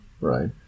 right